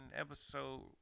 episode